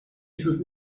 sus